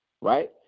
right